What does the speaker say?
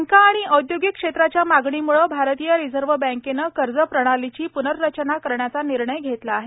बँका आणि औद्योगिक क्षेत्राच्या मागणीमुळे भारतीय रिझर्व बँकेने कर्ज प्रणालीची प्नर्रचना करण्याचा निर्णय घेतला आहे